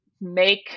make